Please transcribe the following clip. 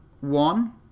one